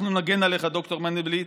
אנחנו נגן עליך, ד"ר מנדלבליט,